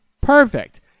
perfect